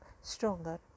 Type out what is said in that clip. stronger